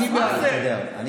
אדוני היושב-ראש, דווקא כשאני